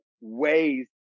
ways